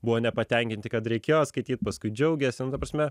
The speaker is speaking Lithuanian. buvo nepatenkinti kad reikėjo skaityt paskui džiaugėsi nu ta prasme